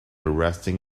arresting